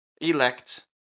Elect